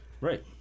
right